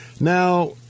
Now